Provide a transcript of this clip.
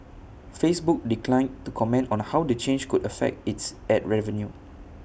Facebook declined to comment on how the change could affect its Ad revenue